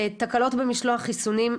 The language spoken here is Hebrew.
תקלות במשלוח חיסונים,